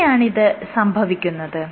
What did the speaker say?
എങ്ങനെയാണിത് സംഭവിക്കുന്നത്